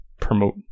promote